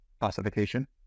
classification